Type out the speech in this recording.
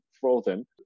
frozen